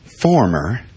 former